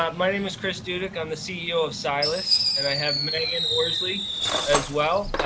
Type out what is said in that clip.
um my name is chris dudic. i'm the ceo of silas. and i have megan horsley as well.